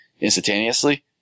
instantaneously